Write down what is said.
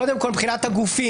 קודם כול, מבחינת הגופים.